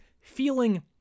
feeling